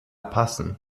passen